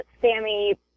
Sammy